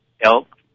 elk